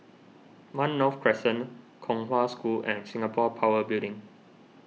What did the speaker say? one North Crescent Kong Hwa School and Singapore Power Building